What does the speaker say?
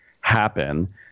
happen